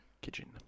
Kitchen